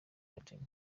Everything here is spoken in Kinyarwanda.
academy